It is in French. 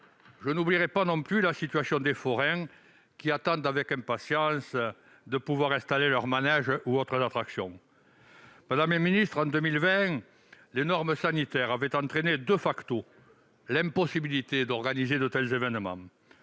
Je n'oublierai pas non plus la situation des forains, qui attendent avec impatience de pouvoir installer leurs manèges ou autres attractions. Madame la ministre, en 2020, les normes sanitaires entraînaient l'impossibilité d'organiser de tels événements.